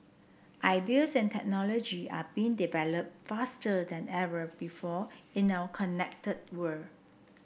ideas and technology are being developed faster than ever before in our connected world